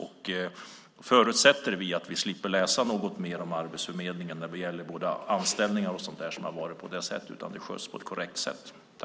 Jag förutsätter att vi slipper läsa mer om Arbetsförmedlingen när det gäller anställningar och så vidare, utan de ska nu skötas på ett korrekt sätt.